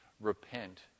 Repent